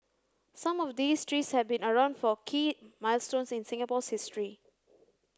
some of these trees have been around for key milestones in Singapore's history